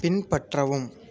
பின்பற்றவும்